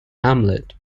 hamlet